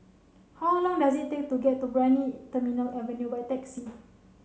how long does it take to get to Brani Terminal Avenue by taxi